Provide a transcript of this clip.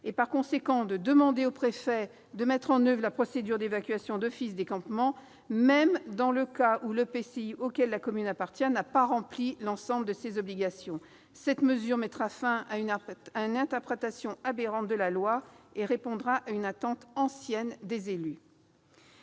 sera par conséquent possible de demander au préfet de mettre en oeuvre la procédure d'évacuation d'office des campements illicites, même dans le cas où l'EPCI auquel la commune appartient n'a pas rempli l'ensemble de ses obligations. Cette mesure mettra fin à une interprétation aberrante de la loi et répondra à une attente ancienne des élus.